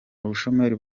ubushomeri